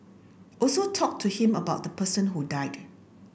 also talk to him about the person who died